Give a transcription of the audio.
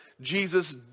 Jesus